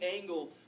angle